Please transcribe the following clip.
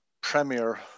premier